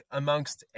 amongst